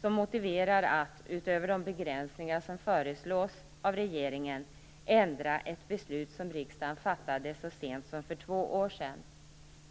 som motiverar att, utöver de begränsningar som föreslås av regeringen, ändra ett beslut som riksdagen fattat så sent som för två år sedan.